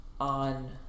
on